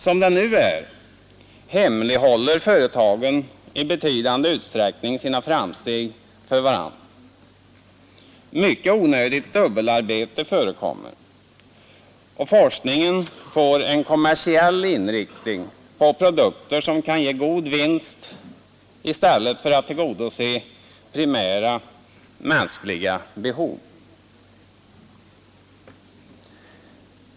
Som det nu är hemlighåller företagen i betydande utsträckning sina framsteg för varandra, mycket onödigt dubbelarbete förekommer och forskningen får en kommersiell inriktning på produkter, som kan ge god vinst i stället för att tillgodose primära mänskliga behov.